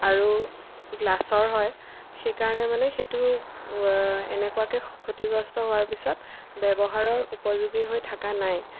আৰু গ্লাছৰ হয় সেইকাৰণে মানে সেইটো এনেকুৱাকৈ ক্ষতিগ্ৰস্থ হোৱাৰ পিছত ব্যৱহাৰৰ উপযোগী হৈ থকা নাই